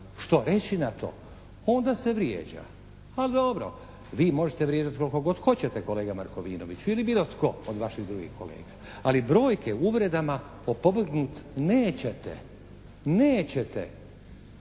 što reći na to onda se vrijeđa. A dobro. Vi možete vrijeđati koliko god hoćete kolega Markovinoviću ili bilo tko od vaših drugih kolega, ali brojke uvredama opovrgnuti nećete, nećete.